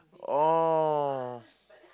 oh